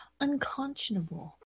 unconscionable